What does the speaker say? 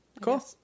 cool